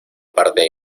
parte